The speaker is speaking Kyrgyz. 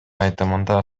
айтымында